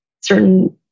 certain